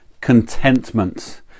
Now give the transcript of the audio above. contentment